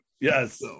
Yes